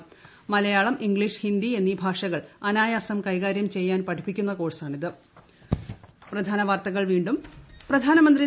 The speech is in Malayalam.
്മലയാളം ഇംഗ്ലീഷ് ഹിന്ദി എന്നീ ഭാഷകൾ അനായാസം കൈകാര്യം ചെയ്യാൻ പഠിപ്പിക്കുന്ന കോഴ്സാണിത്